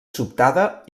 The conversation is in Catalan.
sobtada